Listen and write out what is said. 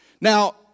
Now